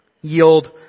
yield